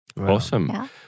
Awesome